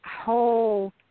whole